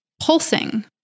pulsing